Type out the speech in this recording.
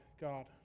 God